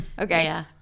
okay